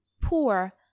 poor